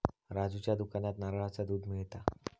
राजूच्या दुकानात नारळाचा दुध मिळता